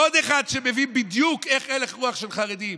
עוד אחד שמבין בדיוק הלך רוח של חרדים.